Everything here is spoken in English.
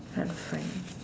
Art Friend